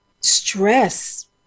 stress